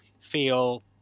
feel